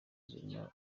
zirimo